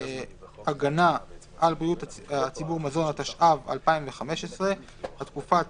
הגנה על בריאות הציבור (מזון), התשע"ו 2015 (להלן,